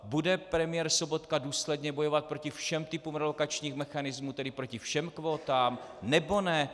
Bude premiér Sobotka důsledně bojovat proti všem typům relokačních mechanismů, tedy proti všem kvótám, nebo ne?